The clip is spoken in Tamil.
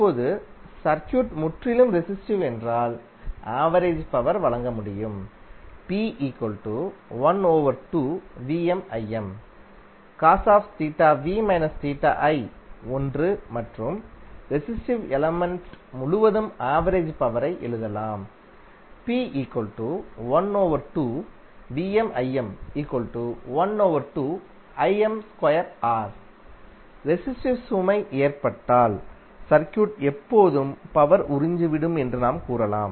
இப்போது சர்க்யூட் முற்றிலும் ரெஸிஸ்டிவ் என்றால் ஆவரேஜ் பவர் வழங்க முடியும் ஒன்று மற்றும் ரெஸிஸ்டிவ் எலிமெண்ட் முழுவதும் ஆவரேஜ் பவர் யை எழுதலாம் ரெஸிஸ்டிவ் சுமை ஏற்பட்டால் சர்க்யூட் எப்போதும் பவர் உறிஞ்சிவிடும் என்று நாம் கூறலாம்